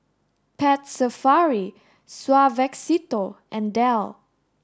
Pet Safari Suavecito and Dell